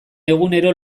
egunero